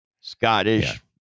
Scottish